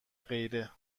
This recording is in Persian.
غیره